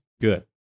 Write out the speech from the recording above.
Good